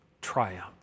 triumph